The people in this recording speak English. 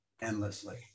endlessly